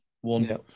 one